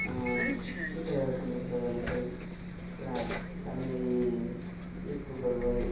வீட்டோட சம்மந்தப்பட்ட வேலைகள் தண்ணிர் வெயிட் தூக்குவது